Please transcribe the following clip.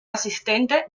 asistente